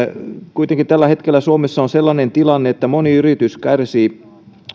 kuitenkin tällä hetkellä suomessa on sellainen tilanne että moni yritys kärsii